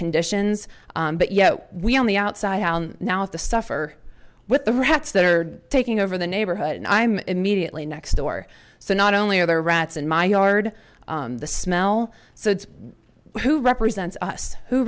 conditions but yet we're on the outside now to suffer with the rats that are taking over the neighborhood and i'm immediately next door so not only are there rats in my yard the smell so who represents us who